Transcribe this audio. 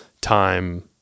time